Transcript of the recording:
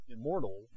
immortal